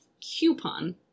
coupon